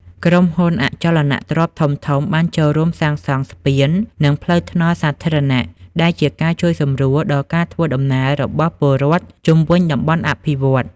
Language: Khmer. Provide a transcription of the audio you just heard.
ក្រុមហ៊ុនអចលនទ្រព្យធំៗបានចូលរួមសាងសង់ ស្ពាន និងផ្លូវថ្នល់ សាធារណៈ ដែលជាការជួយសម្រួលដល់ការធ្វើដំណើររបស់ពលរដ្ឋជុំវិញតំបន់អភិវឌ្ឍន៍។